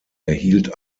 erhielt